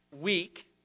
week